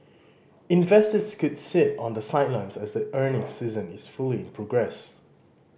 investors could sit on the sidelines as the earnings season is fully in progress